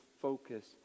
focus